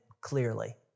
clearly